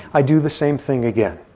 i do the same thing again.